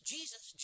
Jesus